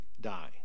die